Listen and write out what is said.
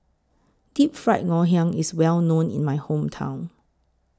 Deep Fried Ngoh Hiang IS Well known in My Hometown